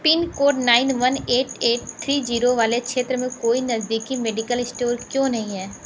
pin code nine one eight eight three zero वाले क्षेत्र में कोई नज़दीकी मेडिकल स्टोर क्यों नहीं है